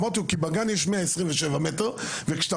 אמרתי לו: כי בגן יש 127 מטרים וכאשר אתה